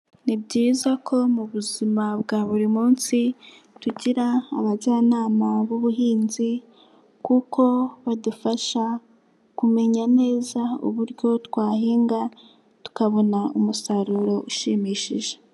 Ni byiza ko mu buzima bwa buri munsi tugira abajyanama b'ubuhinzi kuko badufasha kumenya neza uburyo twahinga tukabona umusaruro ushimishije.